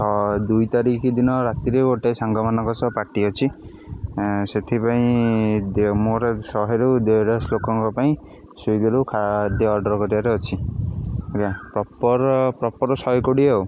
ଦୁଇ ତାରିଖ ଦିନ ରାତିରେ ଗୋଟେ ସାଙ୍ଗମାନଙ୍କ ସହ ପାର୍ଟି ଅଛି ସେଥିପାଇଁ ମୋର ଶହେରୁ ଦେଢ ଶହ ଲୋକଙ୍କ ପାଇଁ ସ୍ଵିଗିରୁ ଅର୍ଡ଼ର୍ କରିବାରେ ଅଛି ଆଜ୍ଞା ପ୍ରପୋର୍ ପ୍ରପୋର୍ ଶହେ କୋଡ଼ିଏ ଆଉ